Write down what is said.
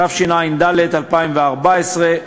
התשע"ד 2014,